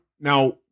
Now